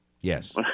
Yes